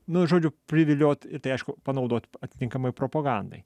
nu žodžiu priviliot ir tai aišku panaudot atitinkamai propagandai